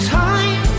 time